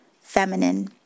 feminine